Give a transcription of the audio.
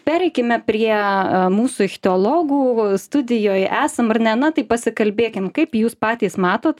pereikime prie mūsų ichtiologų studijoj esam ar ne na tai pasikalbėkim kaip jūs patys matot